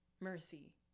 Mercy